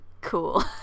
cool